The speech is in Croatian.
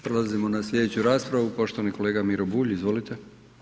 Prelazimo na slijedeću raspravu, poštovani kolega Miro Bulj, izvolite.